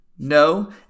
No